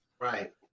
Right